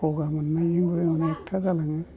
गगा मोननायजोंबो अनेखथा जालाङो